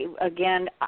Again